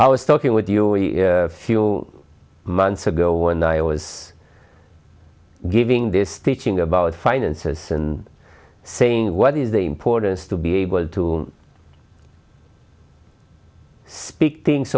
i was talking with you a few months ago when i was giving this teaching about finances and saying what is the importance to be able to speak things